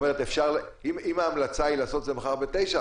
אם ההמלצה היא לעשות את זה מחר בתשע,